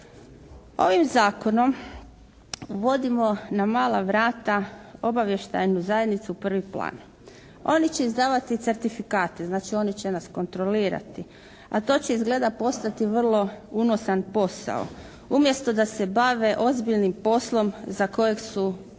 Ovim zakonom uvodimo na mala vrata obavještajnu zajednicu u prvi plan. Oni će izdavati certifikate. Znači, oni će nas kontrolirati. A to će izgleda postati vrlo unosan posao. Umjesto da se bave ozbiljnim poslom zbog kojeg su tamo